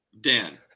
Dan